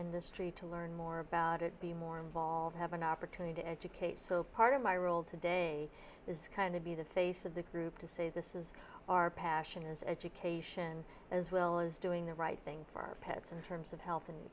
industry to learn more about it be more involved have an opportunity to educate so part of my role today is kind of be the face of the group to say this is our passion is education as well as doing the right thing for our pets in terms of health and